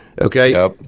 Okay